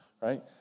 Right